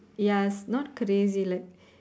yes not crazy like